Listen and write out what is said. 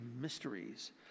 mysteries